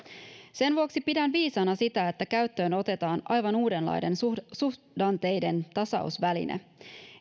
sen vuoksi pidän viisaana sitä että käyttöön otetaan aivan uudenlainen suhdanteiden tasausväline